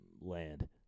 land